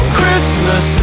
Christmas